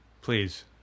Please